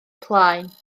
plaen